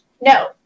No